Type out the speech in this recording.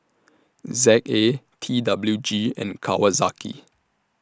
Z A T W G and Kawasaki